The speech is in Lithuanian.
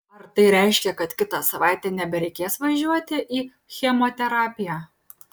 ar tai reiškia kad kitą savaitę nebereikės važiuoti į chemoterapiją